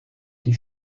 die